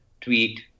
tweet